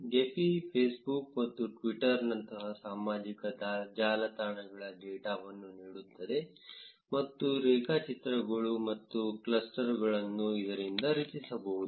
Gephi Facebook ಮತ್ತು ಟ್ವಿಟರ್ನಂತಹ ಸಾಮಾಜಿಕ ಜಾಲತಾಣಗಳ ಡೇಟಾವನ್ನು ನೀಡುತ್ತದೆ ಮತ್ತು ರೇಖಾಚಿತ್ರಗಳು ಮತ್ತು ಕ್ಲಸ್ಟರ್ಗಳನ್ನು ಇದರಿಂದ ರಚಿಸಬಹುದು